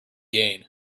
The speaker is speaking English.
gain